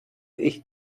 ich